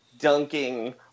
dunking